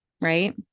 Right